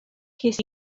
ces